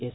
S